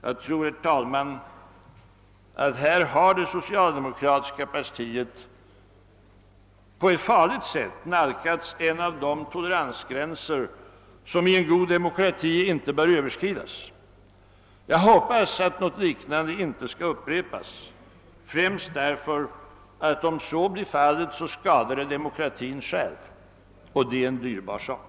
Jag tror, herr talman, att här har det socialdemokratiska partiet på ett farligt sätt nalkats en av de toleransgränser som i en god demokrati inte bör överskridas. Jag hoppas att något liknande inte skall upprepas främst därför att om så blir fallet så skadar det demokratin själv. Och det är en dyrbar sak.